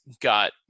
got